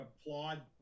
applaud